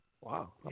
Wow